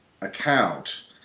account